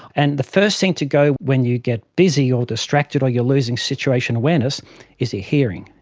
and the first thing to go when you get busy or distracted or you're losing situation awareness is your hearing.